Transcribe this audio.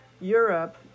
europe